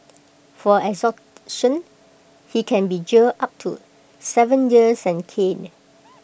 for extortion he can be jailed up to Seven years and caned